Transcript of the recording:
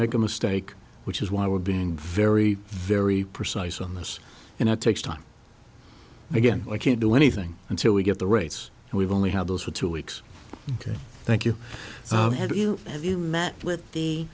make a mistake which is why would being very very precise on this and it takes time again i can't do anything until we get the rates and we've only had those for two weeks thank you had you have you met with the